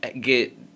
get